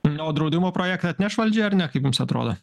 na o draudimo projektą atneš valdžia ar ne kaip jums atrodo